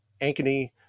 ankeny